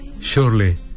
surely